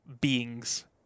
beings